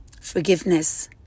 Forgiveness